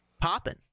popping